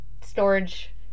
storage